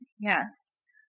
Yes